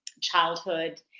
childhood